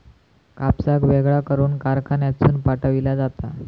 कापसाक वेगळा करून कारखान्यातसून पाठविला जाता